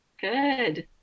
good